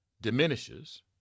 diminishes